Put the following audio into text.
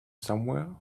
somewhere